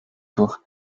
durch